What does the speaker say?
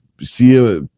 see